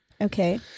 Okay